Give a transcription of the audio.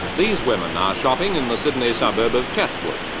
these women are shopping in the sydney suburb of chatswood.